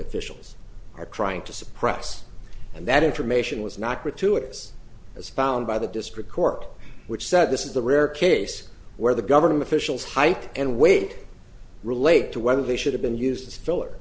officials are trying to suppress and that information was not gratuitous as found by the district court which said this is the rare case where the government officials height and weight relate to whether they should have been used as filler